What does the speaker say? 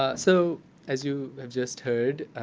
ah so as you have just heard,